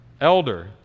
elder